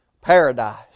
paradise